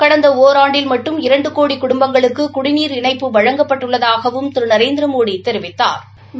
கடந்த ஓராண்டில் மட்டும் இரண்டு கோடி குடும்பங்களுக்கு குடிநீர் இணைப்பு வழங்கப்பட்டுள்ளதாவும் திரு நரேந்திரமோடி தெரிவித்தாா்